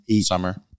summer